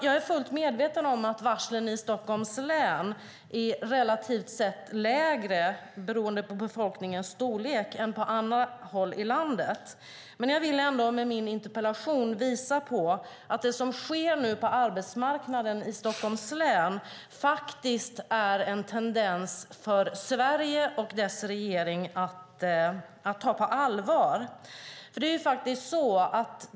Jag är fullt medveten om att varslen i Stockholms län relativt sett är lägre, beroende på befolkningens storlek, än på andra håll i landet, men jag vill ändå med min interpellation visa att det som sker nu på arbetsmarknaden i Stockholms län faktiskt är en tendens för Sverige och dess regering att ta på allvar.